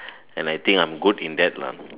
and I think I'm good in that lah